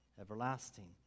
everlasting